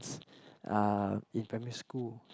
uh in primary school